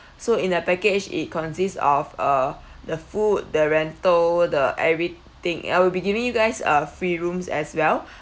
so in the package it consists of uh the food the rental the everything I will be giving you guys uh free rooms as well